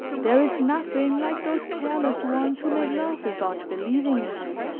there is nothing like those careless ones who make love without believing in it.